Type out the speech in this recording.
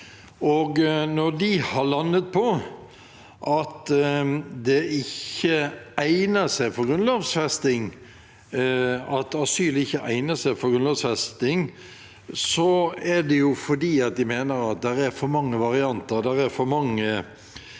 Når de har landet på at asyl ikke egner seg for grunnlovfesting, er det fordi de mener at det er for mange varianter,